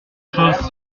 choses